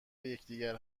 یکدیگر